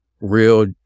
real